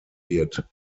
wird